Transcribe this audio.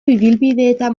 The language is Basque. ibilbidetan